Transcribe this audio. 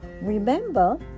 Remember